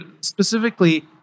specifically